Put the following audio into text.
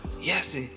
Yes